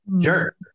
Sure